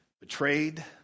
betrayed